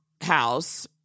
house